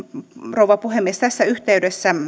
rouva puhemies tässä yhteydessä